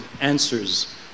answers